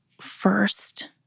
first